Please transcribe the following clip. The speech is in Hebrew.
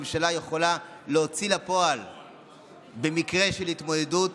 הממשלה יכולה להוציא לפועל במקרה של התמודדות